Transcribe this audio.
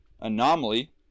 anomaly